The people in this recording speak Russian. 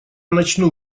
начну